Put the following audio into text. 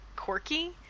quirky